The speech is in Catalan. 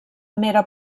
mera